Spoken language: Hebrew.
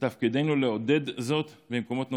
ותפקידנו לעודד זאת במקומות נוספים,